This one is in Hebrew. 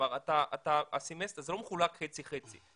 זה לא מחולק חצי חצי.